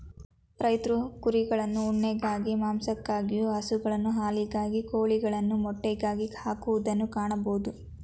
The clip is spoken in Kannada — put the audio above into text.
ರೈತ್ರು ಕುರಿಗಳನ್ನು ಉಣ್ಣೆಗಾಗಿ, ಮಾಂಸಕ್ಕಾಗಿಯು, ಹಸುಗಳನ್ನು ಹಾಲಿಗಾಗಿ, ಕೋಳಿಗಳನ್ನು ಮೊಟ್ಟೆಗಾಗಿ ಹಾಕುವುದನ್ನು ಕಾಣಬೋದು